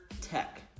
tech